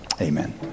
Amen